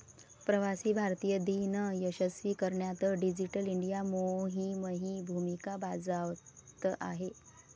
प्रवासी भारतीय दिन यशस्वी करण्यात डिजिटल इंडिया मोहीमही भूमिका बजावत आहे